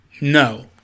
No